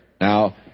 Now